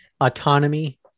autonomy